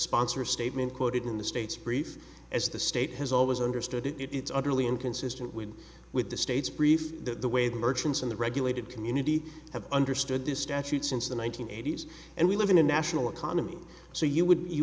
sponsor statement quoted in the state's brief as the state has always understood it it's utterly inconsistent with with the state's brief the way the merchants in the regulated community have understood this statute since the one nine hundred eighty s and we live in a national economy so you would you